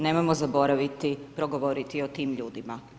Nemojmo zaboraviti progovoriti o tim ljudima.